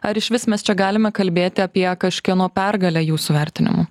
ar išvis mes čia galime kalbėti apie kažkieno pergalę jūsų vertinimu